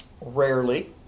Rarely